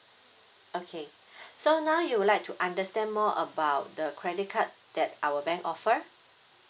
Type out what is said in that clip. okay so now you would like to understand more about the credit card that our bank offer